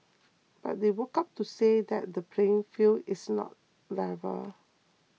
but they woke up to say that the playing field is not level